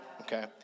Okay